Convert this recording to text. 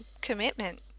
commitment